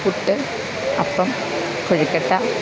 puttu appam കൊഴുക്കട്ട